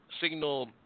Signal